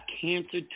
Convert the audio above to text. cancer